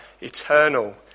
eternal